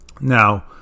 Now